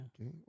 Okay